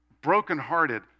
brokenhearted